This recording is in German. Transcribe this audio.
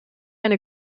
eine